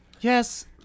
Yes